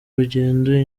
rugendo